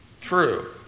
true